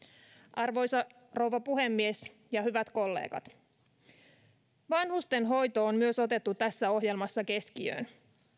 arvoisa rouva puhemies ja hyvät kollegat myös vanhustenhoito on otettu tässä ohjelmassa keskiöön